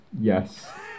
Yes